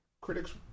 critics